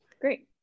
Great